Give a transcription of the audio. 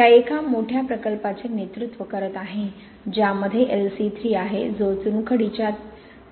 त्या एका मोठ्या प्रकल्पाचे नेतृत्व करत आहे ज्यामध्ये LC 3 आहे जो चुनखडीच्या